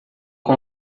com